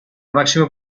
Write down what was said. màxima